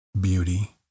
beauty